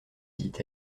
dit